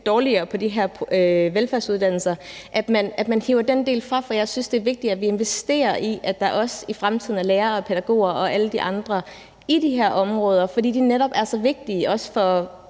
dårligere på de her velfærdsuddannelser, for jeg synes, at det er vigtigt, at vi investerer i, at der også i fremtiden er lærere, pædagoger og alle de andre i de her områder, fordi de netop også er så vigtige for